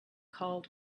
called